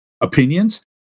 opinions